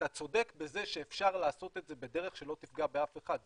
אתה צודק בזה שאפשר לעשות את זה בדרך שלא תפגע באף אחד,